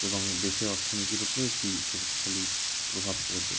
এবং দেশের অর্থনীতির উপরে একটি শক্তিশালী প্রভাব পড়বে